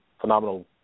phenomenal